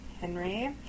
Henry